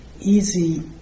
easy